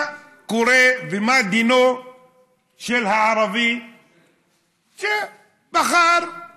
מה קורה ומה דינו של הערבי שבחר את